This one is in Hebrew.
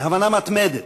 הבנה מתמדת,